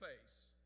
face